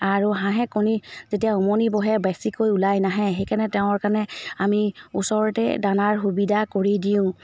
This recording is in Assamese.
আৰু হাঁহে কণী যেতিয়া উমনি বহে বেছিকৈ ওলাই নাহে সেইকাৰণে তেওঁৰ কাৰণে আমি ওচৰতে দানাৰ সুবিধা কৰি দিওঁ